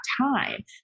time